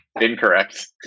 Incorrect